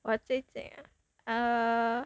!wah! 我最近 uh